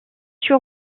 sur